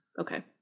okay